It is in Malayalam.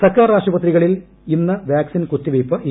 സർക്കാർ ആശുപത്രികളിൽ ഇന്ന് വാക്സിൻ കുത്തിവയ്പ്പില്ല